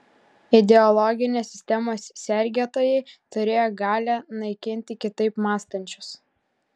ideologinės sistemos sergėtojai turėjo galią naikinti kitaip mąstančius